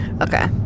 Okay